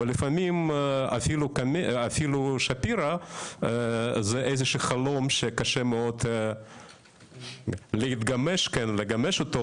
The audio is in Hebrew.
ולפעמים אפילו שפירא זה איזשהו חלום שקשה מאוד להתגמש איתו